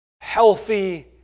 healthy